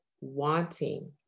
wanting